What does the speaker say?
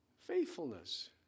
faithfulness